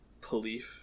police